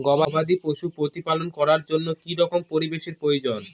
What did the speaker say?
গবাদী পশু প্রতিপালন করার জন্য কি রকম পরিবেশের প্রয়োজন?